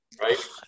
right